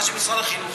במה שמשרד החינוך,